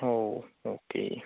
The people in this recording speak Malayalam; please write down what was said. ഓ ഓക്കെ